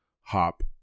hop